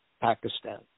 Pakistan